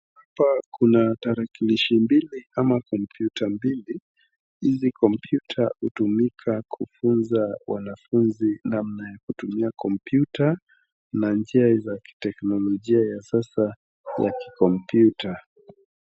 Hapa kuna tarakilishi mbili ama kompyuta mbili, hizi kompyuta hutumika kufunza wanafunzi namna ya kutumia kompyuta, na njia za kiteknolojia ya sasa ya kikompyuta.